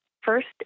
first